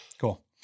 Cool